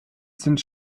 sind